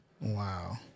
Wow